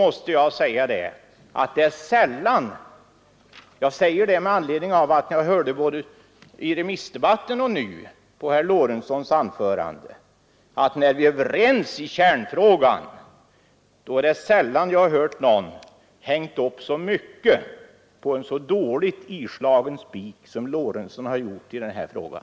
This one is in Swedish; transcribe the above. Med anledning av det jag hörde under remissdebatten från herr Lorentzon och under herr Lorentzons anförande nu vill jag säga att jag sällan — när vi är överens i kärnfrågan — har hört någon hänga upp så mycket på en så dåligt islagen spik som herr Lorentzon har gjort i den här frågan.